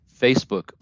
Facebook